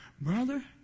Brother